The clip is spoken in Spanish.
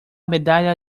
medalla